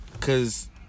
cause